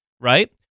Right